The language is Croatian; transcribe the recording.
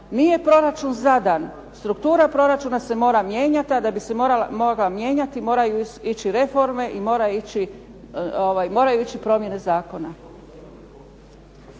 Nije proračun zadan. Struktura proračuna se mora mijenjati, a da bi se mogla mijenjati moraju ići reforme i moraju ići promjene zakona.